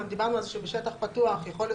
דיברנו על זה שבשטח פתוח יכול להיות